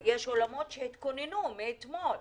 יש אולמות שהתכוננו מאתמול,